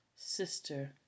Sister